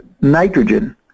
nitrogen